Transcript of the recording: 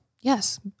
Yes